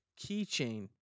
keychain